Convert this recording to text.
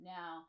Now